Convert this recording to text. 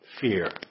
fear